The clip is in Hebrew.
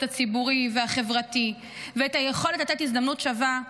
הציבורי והחברתי ואת היכולת לתת הזדמנות שווה,